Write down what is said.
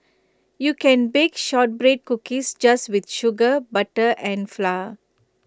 you can bake Shortbread Cookies just with sugar butter and flour